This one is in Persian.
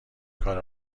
کار